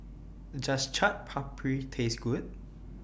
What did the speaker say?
Does Chaat Papri Taste Good